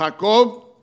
Jacob